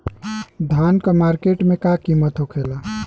धान क मार्केट में का कीमत होखेला?